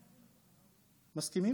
מסכימים?